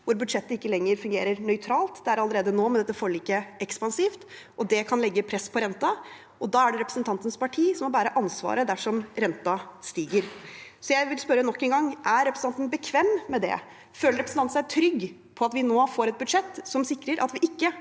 hvor budsjettet ikke lenger fungerer nøytralt. Det er ekspansivt allerede nå, med dette forliket, og det kan legge press på renten. Da er det representantens parti som må bære ansvaret dersom renten stiger. Jeg vil spørre nok en gang: Er representanten bekvem med det? Føler representanten seg trygg på at vi nå får et budsjett som sikrer at vi ikke